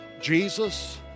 Jesus